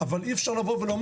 אבל אי אפשר לומר,